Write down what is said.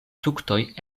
fruktoj